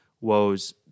woes